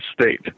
state